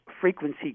frequency